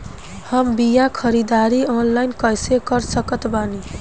हम बीया के ख़रीदारी ऑनलाइन कैसे कर सकत बानी?